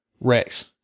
Rex